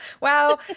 Wow